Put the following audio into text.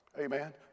Amen